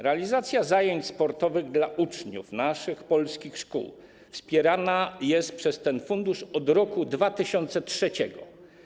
Realizacja zajęć sportowych dla uczniów naszych, polskich szkół wspierana jest przez ten fundusz od roku 2003.